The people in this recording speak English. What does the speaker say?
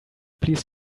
please